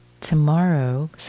tomorrow